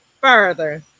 further